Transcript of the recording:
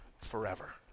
forever